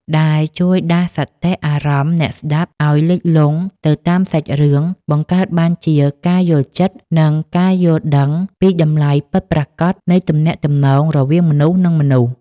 ដែលជួយដាស់សតិអារម្មណ៍អ្នកស្ដាប់ឱ្យលិចលង់ទៅតាមសាច់រឿង បង្កើតបានជាការយល់ចិត្ត និងការយល់ដឹងពីតម្លៃពិតប្រាកដនៃទំនាក់ទំនងរវាងមនុស្ស និងមនុស្ស។